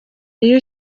iyo